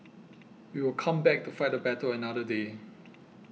we will come back to fight the battle another day